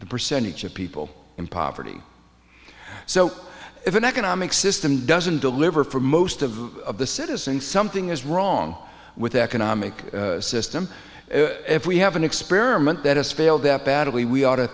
the percentage of people in poverty so if an economic system doesn't deliver for most of the citizens something is wrong with economic system if we have an experiment that has failed that badly we ought to